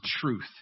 truth